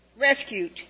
rescued